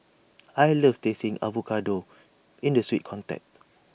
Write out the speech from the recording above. I love tasting avocado in the sweet context